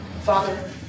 Father